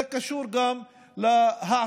זה קשור גם להעסקה